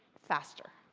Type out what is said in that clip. faster.